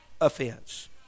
offense